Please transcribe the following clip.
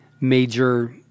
major